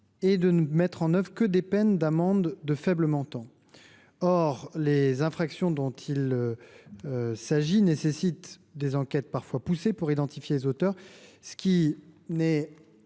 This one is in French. et de ne mettre en œuvre que des peines d’amende de faible montant. Or les infractions dont il s’agit nécessitent des enquêtes parfois approfondies pour identifier les auteurs, ce qui n’est